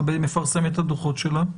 מפרסמת את הדוחות שלה?